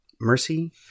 Mercy